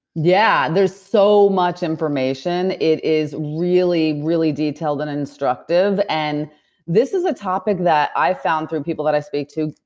yeah. there's so much information. it is really, really detailed and instructive. and this is a topic that i found through people that i speak to.